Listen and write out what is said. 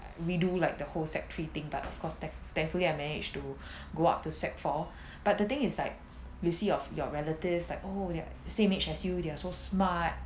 redo like the whole sec three thing but of course tha~ thankfully I managed to go up to sec four but the thing is like you see your your relatives like oh they're same age as you they're so smart